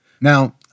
Now